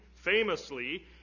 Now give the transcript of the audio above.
Famously